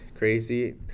Crazy